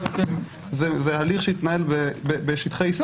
זה הליך שהתנהל בשטחי ישראל.